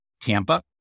Tampa